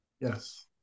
Yes